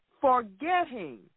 Forgetting